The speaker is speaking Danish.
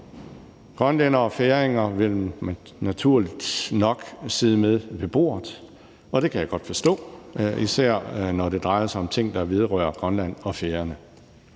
Grønlændere og færinger vil naturligt nok sidde med ved bordet, og det kan jeg godt forstå, især når det drejer sig om ting, der vedrører Grønland og Færøerne,